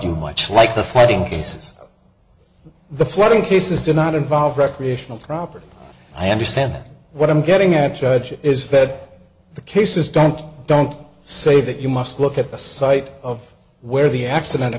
you much like the fighting cases the flooding cases do not involve recreational property i understand that what i'm getting at judge is fed the cases don't don't say that you must look at the site of where the accident